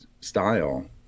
style